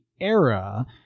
era